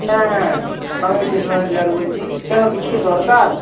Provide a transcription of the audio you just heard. হ্যাঁ হ্যাঁ আমি স্টেশনারি ডিলার বলছি কেন কিছু কি দরকার